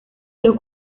los